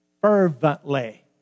fervently